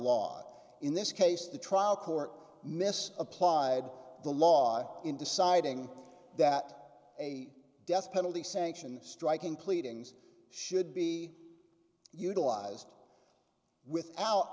law in this case the trial court mis applied the law in deciding that a death penalty sanction striking pleadings should be utilized without